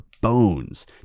bones